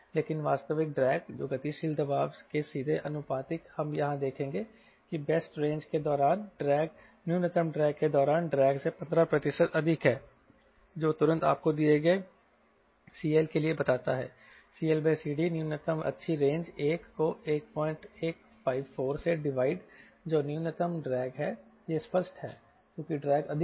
लेकिन वास्तविक ड्रैग जो गतिशील दबाव के सीधे आनुपातिक है हम यहां देखेंगे कि बेस्ट रेंज के दौरान ड्रैग न्यूनतम ड्रैग के दौरान ड्रैग से 15 प्रतिशत अधिक है जो तुरंत आपको दिए गए CL के लिए बताता है CLCD न्यूनतम अच्छी रेंज 1 को 1154 से डिवाइड जो न्यूनतम ड्रैग है यह स्पष्ट है क्योंकि ड्रैग अधिक है